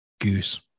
Goose